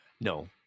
No